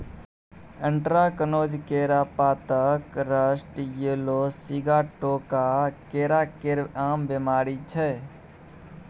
anthracnose, केरा पातक rust, yellow sigatoka केरा केर आम बेमारी छै